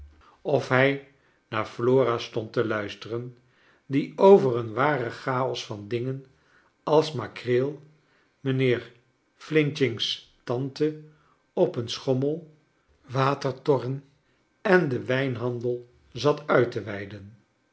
of hij naar flora stond te luisteren die over een waren chaos van dingen als makreel mijnheer f's tante op een schommel watertorren en den wijnhandel zat uit te weiden